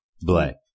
Black